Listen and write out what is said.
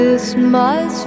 Christmas